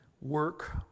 Work